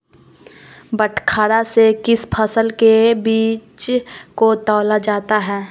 बटखरा से किस फसल के बीज को तौला जाता है?